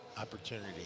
opportunity